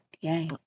yay